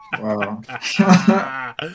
wow